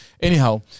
anyhow